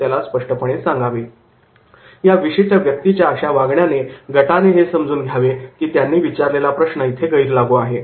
त्या विशिष्ट व्यक्तीच्या अशा वागण्याने गटाने हे समजून घ्यावे की त्यांनी विचारलेला प्रश्न इथे गैरलागू आहे